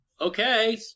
Okay